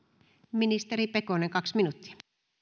ministeri pekonen kaksi minuuttia